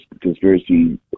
conspiracy